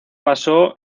basó